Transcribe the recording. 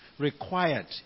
required